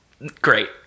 great